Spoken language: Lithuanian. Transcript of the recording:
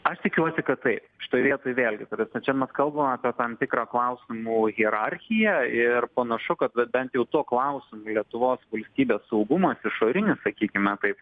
aš tikiuosi kad taip šitoj vietoj vėlgi ta prasme čia mes kalbam apie tam tikrą klausimų hierarchiją ir panašu kad bent jau tuo klausimu lietuvos valstybės saugumas išorinis sakykime taip